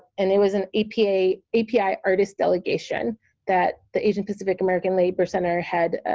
and it was an api api artist delegation that the asian pacific american labor center had